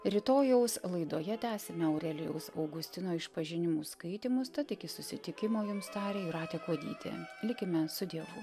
rytojaus laidoje tęsiame aurelijaus augustino išpažinimų skaitymus tad iki susitikimo jums tarė jūratė kuodytė likime su dievu